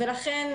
ולכן,